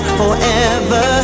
forever